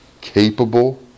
capable